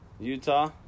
Utah